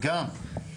גם.